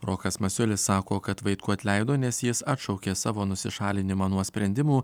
rokas masiulis sako kad vaitkų atleido nes jis atšaukė savo nusišalinimą nuo sprendimų